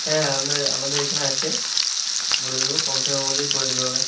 হ্যাঁ আপনার আমাদের এখানে আছে বলে দেব কমসমের মধ্যেই করে দেবে ওরা